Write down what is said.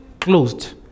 Closed